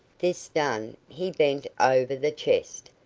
this done, he bent over the chest,